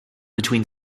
between